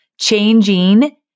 changing